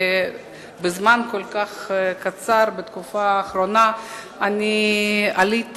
שבזמן כל כך קצר בתקופה האחרונה אני עליתי